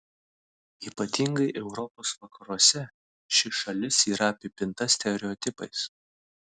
ypatingai europos vakaruose ši šalis yra apipinta stereotipais